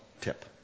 tip